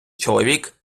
чоловік